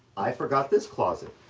i forgot this closet.